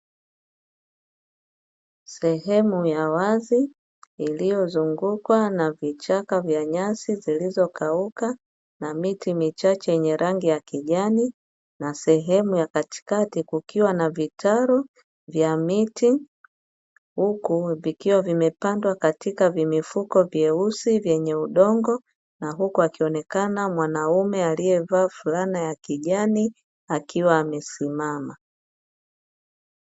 Sehemu ya wazi iliyozungukwa na vichaka vya nyasi zilizokauka na miti michache yenye rangi ya kijani na sehemu ya katikati kukiwa na vitalu vya miti huku vikiwa vimepandwa katika vimifuko vyeusi vyenye udongo na huku akionekana mwanaume aliyevaa fulana ya kijani akiwa amesimama.